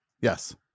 Yes